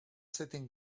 sitting